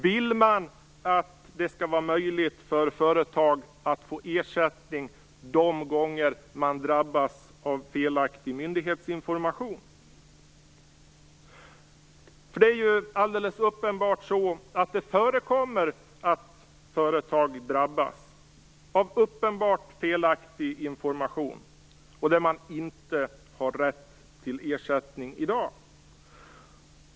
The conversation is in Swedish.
Vill man att det skall vara möjligt för företag att få ersättning i de fall man drabbas av felaktig myndighetsinformation? Det är alldeles uppenbart så, att det förekommer att företag drabbas av felaktig information. I dag har de inte rätt till ersättning.